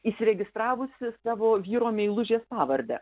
įsiregistravusi savo vyro meilužės pavarde